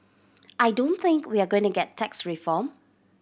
I don't think we're going to get tax reform